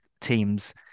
teams